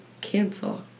cancel